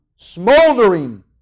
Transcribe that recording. Smoldering